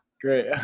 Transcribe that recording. Great